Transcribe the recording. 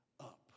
up